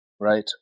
Right